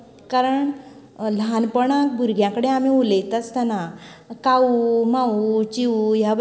कारण ल्हानपणांक भुरग्यां कडेन आमी उलयता आसतना काऊ माऊ चिऊ ह्या भशेन उलयतात